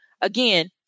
again